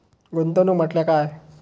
गुंतवणूक म्हटल्या काय?